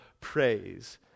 praise